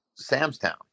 Samstown